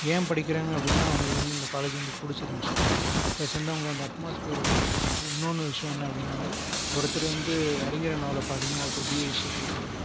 ஏன் படிக்கிறாங்க அப்படினால் அவர்களுக்கு வந்து இந்த காலேஜ் வந்து புடிச்சிருந்துச்சு ப்ளஸ் வந்து அவங்களுக்கு அந்த அட்மாஸ்பியர் அப்படினு பிடிச்சிருந்துச்சு இன்னொன்று விஷயம் என்ன அப்படினால் வந்து ஒருத்தர் வந்து அறிஞர் அண்ணாவில் பார்த்தீங்கனா ஒருத்தர் பிஏ ஹிஸ்ட்ரி படிக்கிறாரு